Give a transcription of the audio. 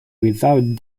without